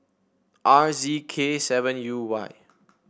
R Z K seven U Y